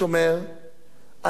אנחנו קודם כול נבחרנו לכנסת,